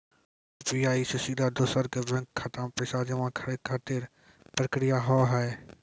UPI से सीधा दोसर के बैंक खाता मे पैसा जमा करे खातिर की प्रक्रिया हाव हाय?